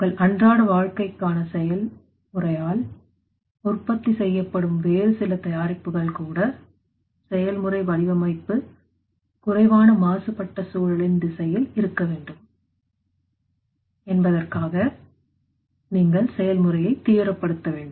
உங்கள் அன்றாட வாழ்க்கைக்கான செயல் முறையால் உற்பத்தி செய்யப்படும் வேறு சில தயாரிப்புகள் கூட செயல்முறை வடிவமைப்பு குறைவான மாசுபட்ட சூழலின் திசையில் இருக்க வேண்டும் என்பதற்காக நீங்கள் செயல்முறையை தீவிரப்படுத்த வேண்டும்